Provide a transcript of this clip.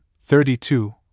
thirty-two